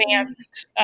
advanced